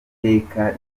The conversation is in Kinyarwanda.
iteka